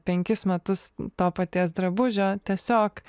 penkis metus to paties drabužio tiesiog